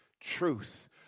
Truth